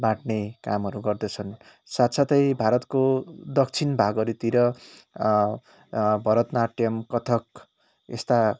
बाट्ने कामहरू गर्दछन् साथ साथै भारतको दक्षिण भागहरूतिर भरतनाट्यम कथक यस्ता